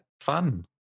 fun